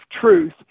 truth